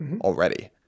already